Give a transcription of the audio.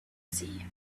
see